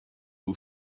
who